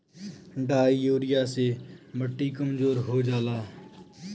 di urea से मट्टी कमजोर हो जाला